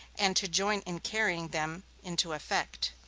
and to join in carrying them into effect.